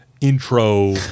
intro